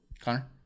Connor